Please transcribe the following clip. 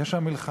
יש שם מלחמה.